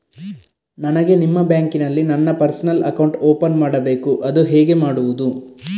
ನನಗೆ ನಿಮ್ಮ ಬ್ಯಾಂಕಿನಲ್ಲಿ ನನ್ನ ಪರ್ಸನಲ್ ಅಕೌಂಟ್ ಓಪನ್ ಮಾಡಬೇಕು ಅದು ಹೇಗೆ ಮಾಡುವುದು?